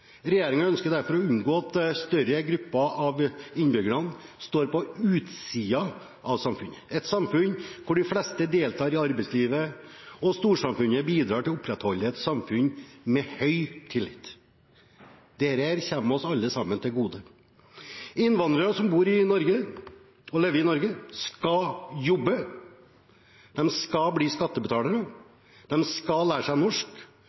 ønsker derfor å unngå at større grupper av innbyggerne står på utsiden av samfunnet, et samfunn der de fleste deltar i arbeidslivet, og der storsamfunnet bidrar til å opprettholde et samfunn med høy tillit. Dette kommer oss alle sammen til gode. Innvandrere som bor og lever i Norge, skal jobbe, de skal bli skattebetalere, de skal lære seg norsk,